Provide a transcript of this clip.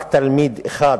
רק תלמיד אחד